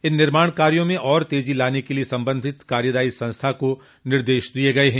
इन निर्माण कार्यो में और तेजी लाने के लिये संबंधित कार्यदायी संस्था को निर्देश दिये गये है